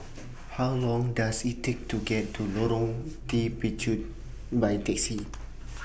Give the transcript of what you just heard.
How Long Does IT Take to get to Lorong By Taxi